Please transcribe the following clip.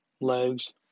legs